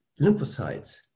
lymphocytes